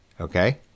Okay